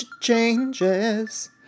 Changes